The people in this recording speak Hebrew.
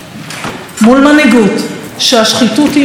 מול מנהיגות שהשחיתות היא אורח חייה,